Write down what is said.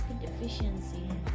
deficiency